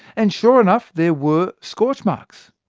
and sure enough, there were scorch marks.